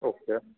okay